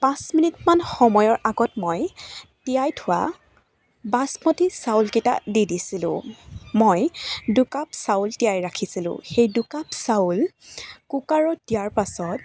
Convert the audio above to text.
পাঁচ মিনিটমান সময়ৰ আগত মই তিয়াই থোৱা বাচমতি চাউলকেইটা দি দিছিলোঁ মই দুকাপ চাউল তিয়াই ৰাখিছিলোঁ সেই দুকাপ চাউল কুকাৰত দিয়াৰ পাছত